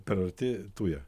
per arti tuja